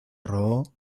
roo